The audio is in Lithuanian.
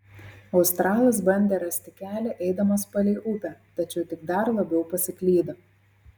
australas bandė rasti kelią eidamas palei upę tačiau tik dar labiau pasiklydo